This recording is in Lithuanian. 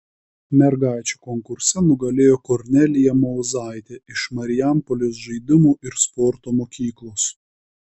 mergaičių konkurse nugalėjo kornelija mauzaitė iš marijampolės žaidimų ir sporto mokyklos